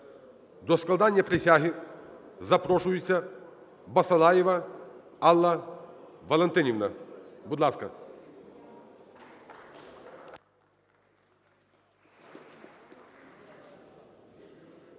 До складання присяги запрошується Басалаєва Алла Валентинівна. Будь ласка.